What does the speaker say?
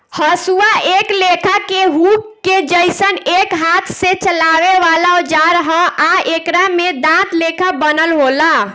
हसुआ एक लेखा के हुक के जइसन एक हाथ से चलावे वाला औजार ह आ एकरा में दांत लेखा बनल होला